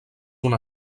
una